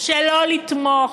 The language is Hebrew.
שלא לתמוך.